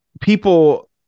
people